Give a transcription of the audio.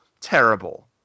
terrible